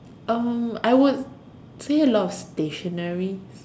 uh I would say a lot of stationeries